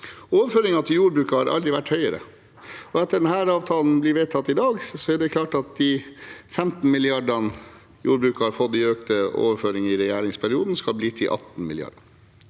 Overføringene til jordbruket har aldri vært høyere, og etter at denne avtalen er vedtatt i dag, er det klart at de 15 mrd. kr jordbruket har fått i økte overføringer i regjeringsperioden, skal bli til 18 mrd.